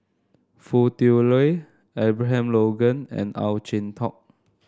Foo Tui Liew Abraham Logan and Ow Chin Hock